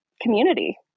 community